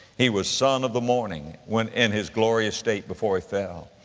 he was son of the morning when, in his glorious state before he fell.